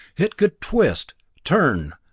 it could twist, turn,